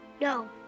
No